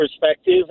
perspective